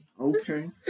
okay